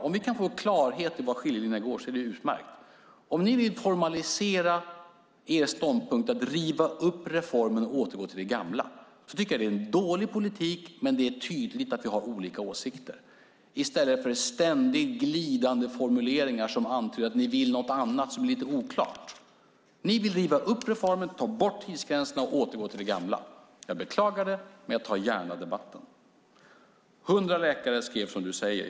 Om vi kan få klarhet i var skiljelinjerna går är det utmärkt. Om ni vill formalisera er ståndpunkt, att man ska riva upp reformen och återgå till det gamla, tycker jag att det är en dålig politik, men det är tydligt att vi har olika åsikter. Det är då en tydlighet i stället för ständigt glidande formuleringar som antyder att ni vill något annat som är lite oklart. Ni vill riva upp reformen, ta bort tidsgränserna och återgå till det gamla. Jag beklagar det, men jag tar gärna debatten. 100 läkare skrev som du säger.